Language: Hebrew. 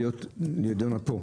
הוא נידון פה.